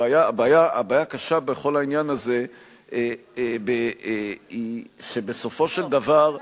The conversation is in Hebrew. הבעיה הקשה בכל העניין הזה היא שבסופו של דבר,